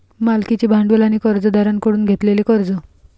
मालकीचे भांडवल आणि कर्जदारांकडून घेतलेले कर्ज